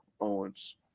Owens